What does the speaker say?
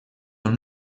dans